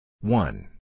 One